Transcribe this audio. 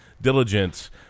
diligence